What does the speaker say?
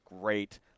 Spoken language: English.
great